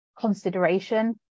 consideration